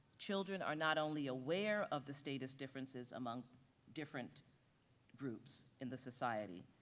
children are not only aware of the status differences among different groups in the society,